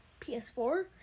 PS4